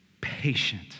patient